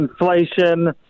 inflation